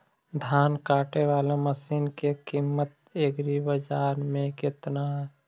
धान काटे बाला मशिन के किमत एग्रीबाजार मे कितना है?